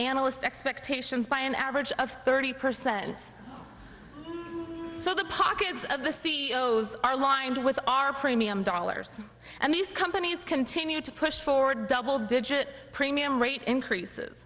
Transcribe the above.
analyst expectations by an average of thirty percent so the pockets of the c e o s are lined with our premium dollars and these companies continue to push for double digit premium rate increases